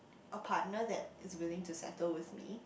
a partner that is willing to settle with me